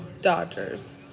Dodgers